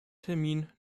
termin